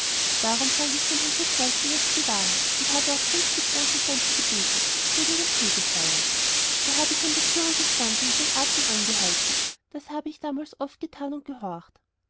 darum sage ich dem herrn rittmeister jetzt die wahrheit und habe auch fünfzig rosenkränze gebetet zu wegen dem fegfeuer da habe ich an der türe gestanden und den atem angehalten das habe ich damals oft getan und gehorcht